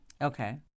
Okay